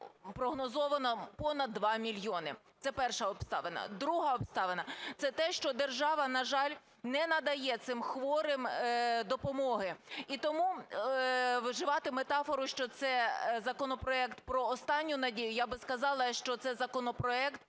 прогнозована понад 2 мільйони. Це перша обставина. Друга обставина. Це те, що держава, на жаль, не надає цим хворим допомоги. І тому вживати метафору, що це законопроект про останню надію, я би сказали, що це законопроект